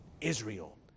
Israel